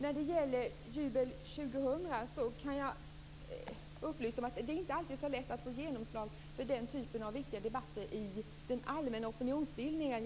Fru talman! När det gäller Jubelår 2000 kan jag upplysa om att det inte alltid är så lätt att få genomslag för den typen av viktiga debatter i den allmänna opinionsbildningen.